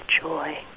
joy